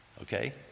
Okay